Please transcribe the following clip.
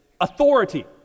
authority